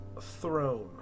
throne